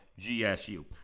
GSU